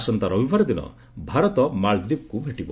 ଆସନ୍ତା ରବିବାର ଦିନ ଭାରତ ମାଲଦୀପକୁ ଭେଟିବ